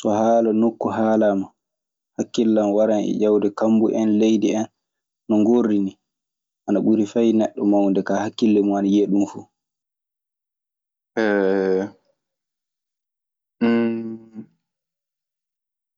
So haala nokku halama, hakkilam wara e ƴewde kammu en, leydi en, non ngorri ni ana ɓuri fey neɗɗo mawnude ka hakile mun ana yiha ɗun fu.